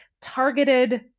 targeted